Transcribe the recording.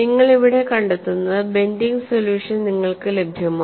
നിങ്ങൾ ഇവിടെ കണ്ടെത്തുന്നത് ബെൻഡിങ് സൊല്യൂഷൻ നിങ്ങൾക്ക് ലഭ്യമാണ്